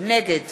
נגד